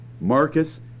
Marcus